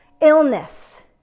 illness